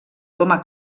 doma